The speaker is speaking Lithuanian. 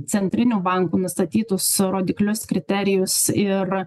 centrinių banko nustatytus rodiklius kriterijus ir